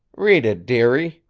read it, dearie,